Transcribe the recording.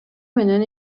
менен